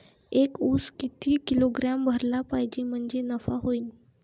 एक उस किती किलोग्रॅम भरला पाहिजे म्हणजे नफा होईन?